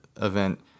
Event